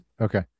Okay